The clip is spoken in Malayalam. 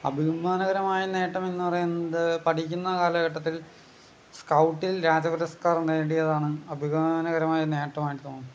അഭിമാനകരമായ നേട്ടം എന്ന് പറയുന്നത് പഠിക്കുന്ന കാലഘട്ടത്തിൽ സ്കൗട്ടിൽ രാജപുരസ്കാർ നേടിയതാണ് അഭിമാനകരമായ നേട്ടമായിട്ട് തോന്നുന്നത്